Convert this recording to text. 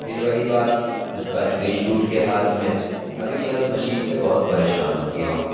پھر وہی بات اس کا سوئچ ٹوٹ کے ہاتھ میں ابھی میں اس مشین سے بہت پریشان ہو گیا ہوں